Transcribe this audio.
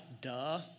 duh